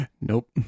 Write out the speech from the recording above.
Nope